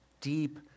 deep